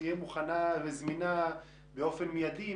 שתהיה מוכנה וזמינה באופן מיידי,